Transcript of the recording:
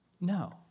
No